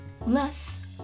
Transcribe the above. less